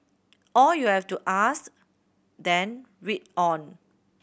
or you have to ask then read on